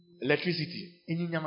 electricity